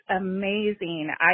amazing